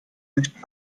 nicht